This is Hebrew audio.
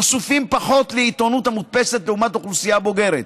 חשופים פחות לעיתונות המודפסת לעומת האוכלוסייה הבוגרת.